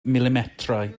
milimetrau